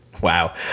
wow